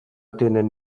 tenen